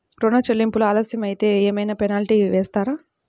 ఋణ చెల్లింపులు ఆలస్యం అయితే ఏమైన పెనాల్టీ వేస్తారా?